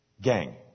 Gang